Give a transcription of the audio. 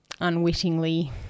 unwittingly